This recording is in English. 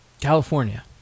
California